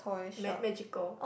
ma~ magical